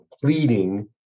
pleading